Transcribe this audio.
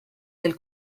del